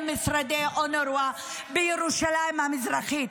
יש את משרדי אונר"א בירושלים המזרחית,